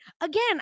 again